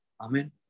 Amen